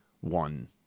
one